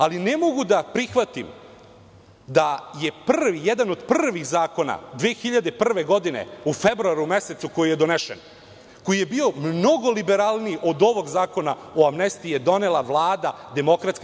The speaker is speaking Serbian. Ali ne mogu da prihvatim da je jedan od prvih zakona 2001. godine u februaru mesecu koji je donesen, koji je bio mnogo liberalniji od ovog Zakona o amnestiji je donela Vlada DS.